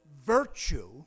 virtue